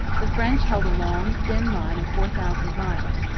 the french held a long, thin line of four thousand miles,